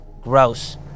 Gross